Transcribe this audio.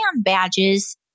badges